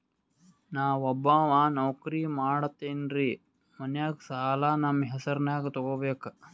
ನಾ ಒಬ್ಬವ ನೌಕ್ರಿ ಮಾಡತೆನ್ರಿ ಮನ್ಯಗ ಸಾಲಾ ನಮ್ ಹೆಸ್ರನ್ಯಾಗ ತೊಗೊಬೇಕ?